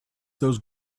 those